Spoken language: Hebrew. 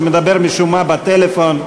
שמדבר משום מה בטלפון,